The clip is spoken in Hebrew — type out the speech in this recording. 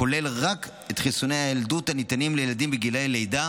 הכולל רק את חיסוני הילדות הניתנים לילדים בגילי לידה